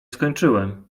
skończyłem